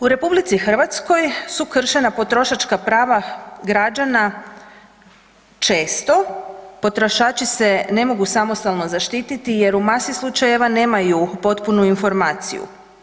U RH su kršena potrošačka prava građana često, potrošači se ne mogu samostalno zaštiti jer u masi slučajeva nemaju potpunu informaciju.